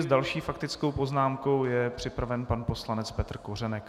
S další faktickou poznámkou je připraven pan poslanec Petr Kořenek.